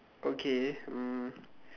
okay um